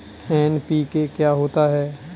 NPK क्या होता है?